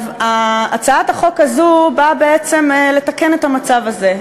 הצעת החוק הזאת באה לתקן את המצב הזה.